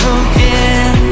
again